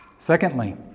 Secondly